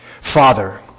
Father